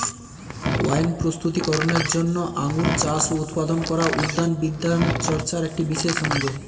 wine প্রস্তুতি করনের জন্য আঙুর চাষ ও উৎপাদন করা উদ্যান বিদ্যাচর্চার একটি বিশেষ অঙ্গ